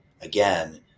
again